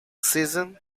season